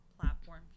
platform